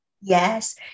Yes